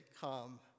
come